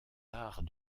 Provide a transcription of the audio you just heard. arts